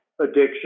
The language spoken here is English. addiction